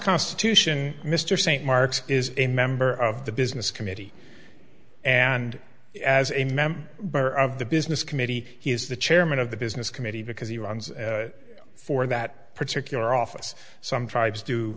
constitution mr st marks is a member of the business committee and as a member of the business committee he is the chairman of the business committee because he runs for that particular office some tribes do